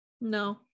no